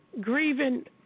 Grieving